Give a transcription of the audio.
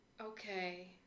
Okay